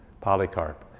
Polycarp